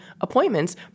appointments